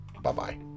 Bye-bye